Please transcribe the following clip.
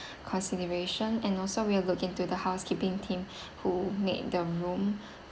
consideration and also will look into the housekeeping team who made the room